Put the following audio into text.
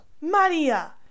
Maria